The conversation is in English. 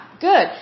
Good